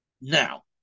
now